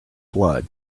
blood